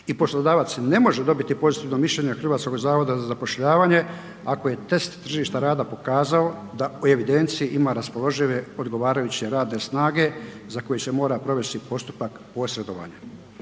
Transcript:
i poslodavac ne može dobiti pozitivno mišljenje HZZ-a ako je test tržišta rada pokazao da u evidenciji ima raspoložive odgovarajuće radne snage za koju se mora provesti postupak posredovanja.